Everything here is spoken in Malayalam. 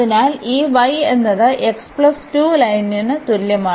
അതിനാൽ ഈ y എന്നത് ലൈനിന് തുല്യമാണ്